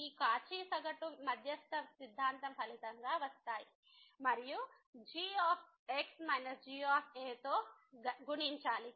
ఈ కాచీ సగటు మధ్యస్థ సిద్ధాంతం ఫలితంగా వస్తాయి మరియు g g తో గుణించాలి